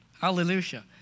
Hallelujah